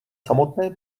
samotné